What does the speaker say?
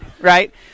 right